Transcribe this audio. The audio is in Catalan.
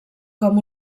com